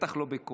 ובטח לא בכוח.